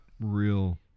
real